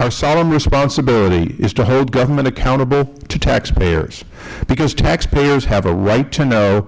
our solemn responsibility is to hold government accountable to taxpayers because taxpayers have a right to know